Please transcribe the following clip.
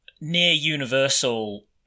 near-universal